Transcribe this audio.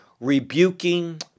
rebuking